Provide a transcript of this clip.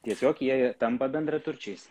tiesiog jie tampa bendraturčiais